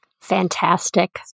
Fantastic